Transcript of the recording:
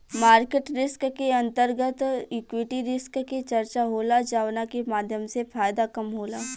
market risk के अंतर्गत equity risk के चर्चा होला जावना के माध्यम से फायदा कम होला